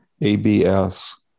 ABS